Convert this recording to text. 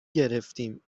گرفتیم